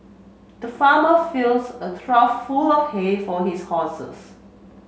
the farmer fills a trough full of hay for his horses